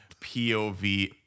POV